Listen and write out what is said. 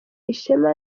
ishema